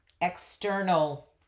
external